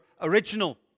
original